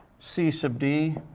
c sub d,